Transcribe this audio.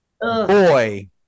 boy